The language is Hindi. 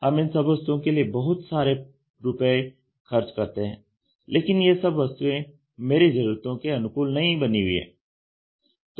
हम इन सब वस्तुओं के लिए बहुत सारे रुपए खर्च करते हैं लेकिन यह सब वस्तुएं मेरी जरूरतों के अनुकूल नहीं बनी है